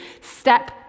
step